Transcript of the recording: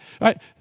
right